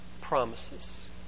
promises